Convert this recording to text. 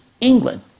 England